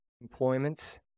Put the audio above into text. employments